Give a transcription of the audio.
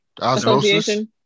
association